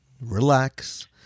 relax